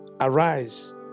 Arise